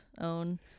own